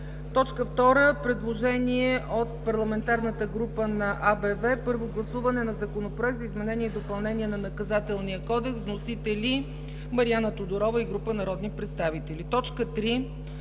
точка. 2. Предложение от Парламентарната група на АБВ за Първо гласуване на Законопроект за изменение и допълнение на Наказателния кодекс. Вносители са Мариана Тодорова и група народни представители. 3.